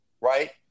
right